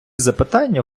запитання